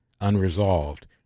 unresolved